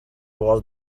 was